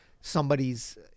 somebody's